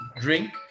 drink